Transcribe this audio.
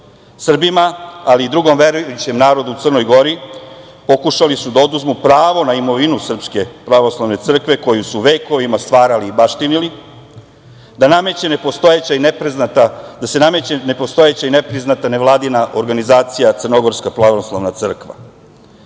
Srbima, ali i drugom verujućem narodu u Crnoj Gori pokušali su da oduzmu pravo na imovinu Srpske pravoslavne crkve koju su vekovima stvarali i baštinili, da se nameće nepostojeće i nepriznata nevladina organizacija Crnogorska pravoslavna crkva.